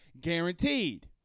guaranteed